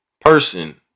Person